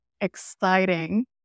exciting